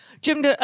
Jim